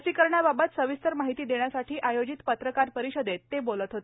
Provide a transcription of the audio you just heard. लसीकरणाबाबत सविस्तर माहिती देण्यासाठी आयोजित पत्रकार परिषदेत ते बोलत होते